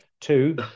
two